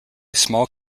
small